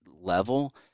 level